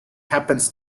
happens